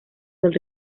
del